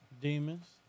Demons